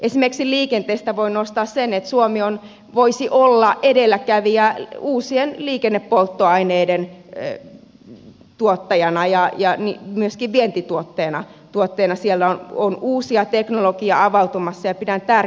esimerkiksi liikenteestä voin nostaa sen että suomi voisi olla edelläkävijä uusien liikennepolttoaineiden tuottajana ja myöskin vientituotteena siellä on uutta teknologiaa avautumassa ja pidän tärkeänä että siellä edistytetään